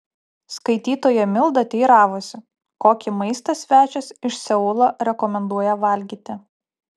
skaitytoja milda teiravosi kokį maistą svečias iš seulo rekomenduoja valgyti